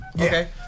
okay